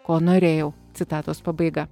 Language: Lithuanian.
ko norėjau citatos pabaiga